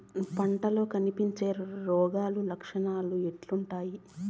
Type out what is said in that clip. పంటల్లో కనిపించే రోగాలు లక్షణాలు ఎట్లుంటాయి?